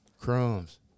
Crumbs